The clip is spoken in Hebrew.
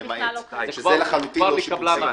זה לחלוטין לא שיפוצים.